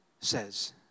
says